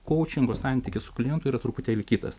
kaučingo santykis su klientu yra truputėlį kitas